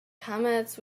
camels